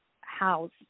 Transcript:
house